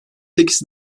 sekiz